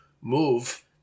move